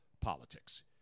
politics